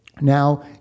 Now